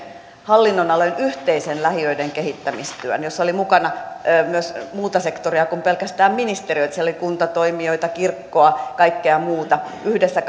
hallinnonalojen yhteisen lähiöiden kehittämistyön jossa oli mukana myös muuta sektoria kuin pelkästään ministeriöt siellä oli kuntatoimijoita kirkkoa kaikkea muuta yhdessä